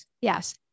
Yes